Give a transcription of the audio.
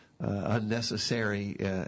unnecessary